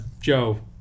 Joe